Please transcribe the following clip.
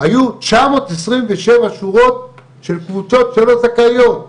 היו תשע מאות עשרים ושבע שורות של קבוצות שלא זכאיות.